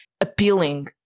appealing